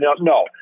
No